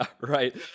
right